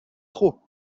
trop